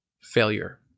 failure